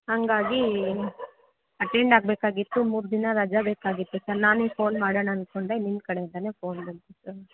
ಹಾಗಾಗಿ ಅಟೆಂಡಾಗಬೇಕಾಗಿತ್ತು ಮೂರು ದಿನ ರಜೆ ಬೇಕಾಗಿತ್ತು ಸರ್ ನಾನೇ ಫೋನ್ ಮಾಡೋಣ ಅನ್ಕೊಂಡೆ ನಿಮ್ಮ ಕಡೆಯಿಂದನೇ ಫೋನ್ ಬಂತು ಸರ್